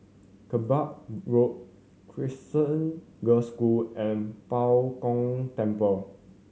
Kerbau Road Crescent Girls' School and Bao Gong Temple